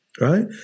Right